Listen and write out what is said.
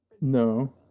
No